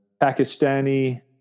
Pakistani